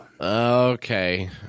Okay